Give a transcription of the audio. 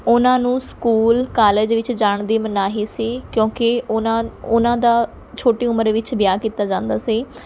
ਉਹਨਾਂ ਨੂੰ school college ਵਿੱਚ ਜਾਣ ਦੀ ਮਨਾਹੀ ਸੀ ਕਿਉਂਕਿ ਉਹਨਾਂ ਉਨ੍ਹਾਂ ਦਾ ਛੋਟੀ ਉਮਰ ਵਿੱਚ ਵਿਆਹ ਕੀਤਾ ਜਾਂਦਾ ਸੀ